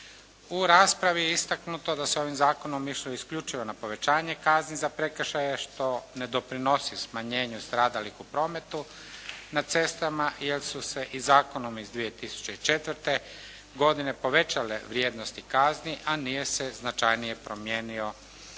U raspravi je istaknuto da se ovim zakonom išlo isključivo na povećanje kazni za prekršaje što ne doprinosi smanjenju stradalih u prometu na cestama jer su se i zakonom iz 2004. godine povećale vrijednosti kazni a nije se značajnije promijenio